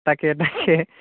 তাকে তাকে